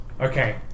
Okay